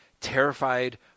terrified